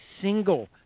single